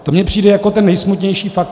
To mně přijde jako ten nejsmutnější fakt.